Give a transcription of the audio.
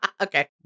Okay